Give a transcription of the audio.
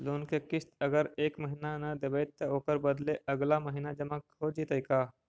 Loan के किस्त अगर एका महिना न देबै त ओकर बदले अगला महिना जमा हो जितै का?